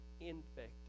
infected